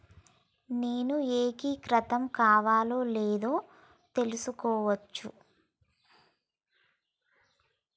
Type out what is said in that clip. నేను ఏకీకృతం కావాలో లేదో ఎలా తెలుసుకోవచ్చు?